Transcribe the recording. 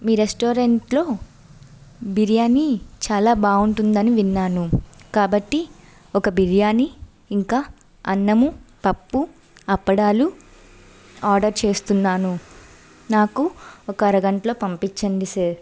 మీ restaurant biryani చాలా బాగుంటుంది అని విన్నాను కాబట్టి ఒక బిర్యానీ ఇంకా అన్నం పప్పు అప్పడాలు ఆర్డర్ చేస్తున్నాను నాకు ఒక అరగంటలో పంపించండి సార్